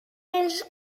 els